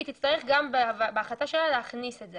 ותצטרך גם בהחלטתה להכניס את זה.